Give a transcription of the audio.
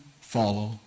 follow